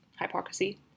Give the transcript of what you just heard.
hypocrisy